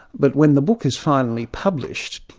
but when the book is finally published,